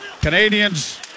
Canadians